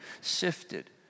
sifted